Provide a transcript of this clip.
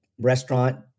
restaurant